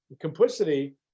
complicity